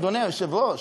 אדוני היושב-ראש,